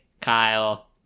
Kyle